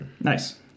Nice